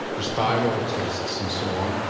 there's thyroid tests and so on.